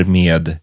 med